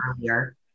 earlier